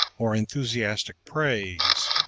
or enthusiastic praise,